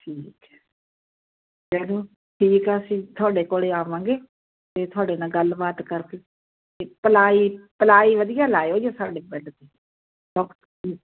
ਠੀਕ ਹੈ ਚਲੋ ਠੀਕ ਆ ਅਸੀਂ ਤੁਹਾਡੇ ਕੋਲ ਆਵਾਂਗੇ ਅਤੇ ਤੁਹਾਡੇ ਨਾਲ ਗੱਲਬਾਤ ਕਰਕੇ ਅਤੇ ਪਲਾਈ ਪਲਾਈ ਵਧੀਆ ਲਾਇਓ ਜੇ ਸਾਡੇ ਬੈੱਡ 'ਤੇ